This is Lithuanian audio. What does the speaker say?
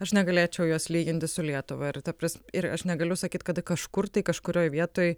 aš negalėčiau jos lyginti su lietuva ir ta pras ir aš negaliu sakyt kad kažkur tai kažkurioj vietoj